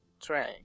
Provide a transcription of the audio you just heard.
train